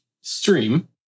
stream